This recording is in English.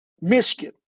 Michigan